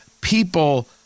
People